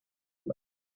man